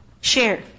share